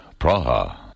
Praha